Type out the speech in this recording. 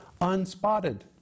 Unspotted